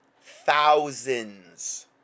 Thousands